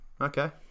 Okay